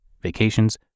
vacations